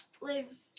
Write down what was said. lives